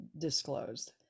disclosed